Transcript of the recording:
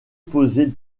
poser